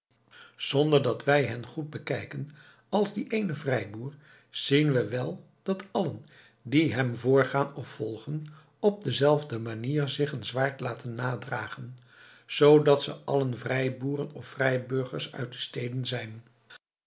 zonder dat wij hen zoo goed bekijken als dien eenen vrijboer zien we wel dat allen die hem voorgaan of volgen op dezelfde manier zich een zwaard laten nadragen zoodat ze allen vrijboeren of vrijburgers uit de steden zijn